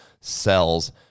cells